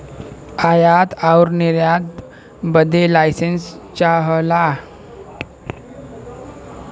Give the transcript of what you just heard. आयात आउर निर्यात बदे लाइसेंस चाहला